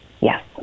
Yes